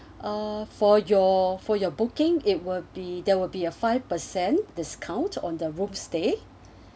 uh for your for your booking it will be there will be a five percent discount on the room stay